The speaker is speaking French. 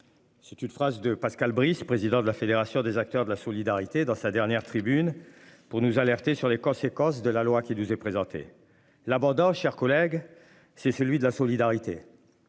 C'est une phrase de Pascal Brice, président de la Fédération des acteurs de la solidarité. Dans sa dernière tribune pour nous alerter sur les conséquences de la loi qui nous est présenté la vendant cher collègue, c'est celui de la solidarité.